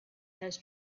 has